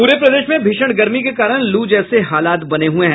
पूरे प्रदेश में भीषण गर्मी के कारण लू जैसे हालात बने हुये हैं